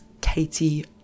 Katie